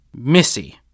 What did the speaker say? Missy